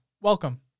Welcome